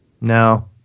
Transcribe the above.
no